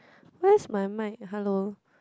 where's my mic hello